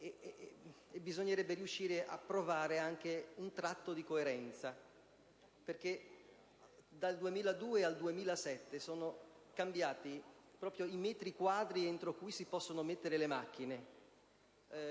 Bisognerebbe riuscire a trovare un tratto di coerenza, perché dal 2002 al 2007 sono cambiati i metri quadri entro cui si possono collocare le macchine.